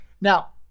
Now